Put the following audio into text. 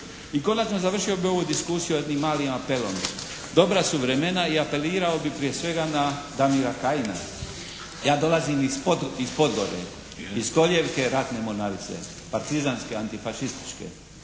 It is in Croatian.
I konačno završio bi ovu diskusiju jednim malim apelom. Dobra su vremena i apelirao bih prije svega na Damira Kajina. Ja dolazim iz Podgore, iz kolijevke ratne mornarice, partizanske antifašističke.